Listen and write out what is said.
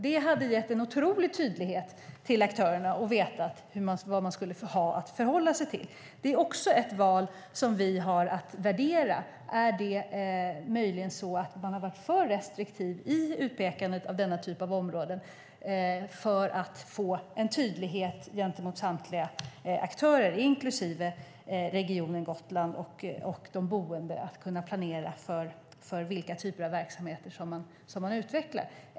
Det hade gett en otrolig tydlighet för aktörerna när det gäller att veta vad de har att förhålla sig till. Det är också ett val som vi har att värdera. Är det möjligen så att man har varit för restriktiv i utpekandet av denna typ av områden? Det handlar om att få en tydlighet gentemot samtliga aktörer, inklusive regionen Gotland och de boende, när det gäller att kunna planera för de typer av verksamheter som man utvecklar.